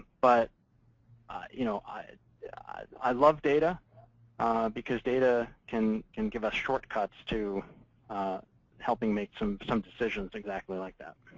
but you know i i love data because data can can give us shortcuts to helping make some some decisions exactly like that.